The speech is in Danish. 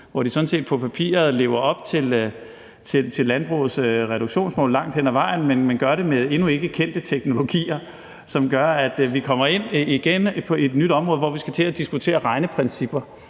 sådan set på papiret lever op til landbrugets reduktionsmål langt hen ad vejen, men gør det med endnu ikke kendte teknologier, som gør, at vi igen kommer ind på et nyt område, hvor vi skal til at diskutere regneprincipper